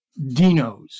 dinos